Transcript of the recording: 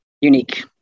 unique